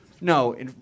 No